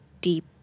deep